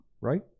Right